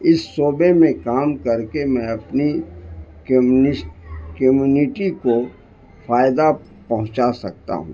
اس شعبے میں کام کر کے میں اپنی کمیونٹی کو فائدہ پہنچا سکتا ہوں